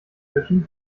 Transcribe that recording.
fischen